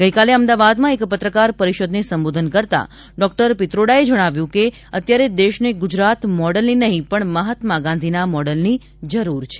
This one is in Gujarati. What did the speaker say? ગઇકાલે અમદાવાદમાં એક પત્રકાર પરિષદને સંબોધન કરતાં ડોકટર પિત્રોડાએ જણાવ્યું કે અત્યારે દેશને ગુજરાત મોડલની નહીં પણ મહાત્મા ગાંધીના મોડલની જરૂર છે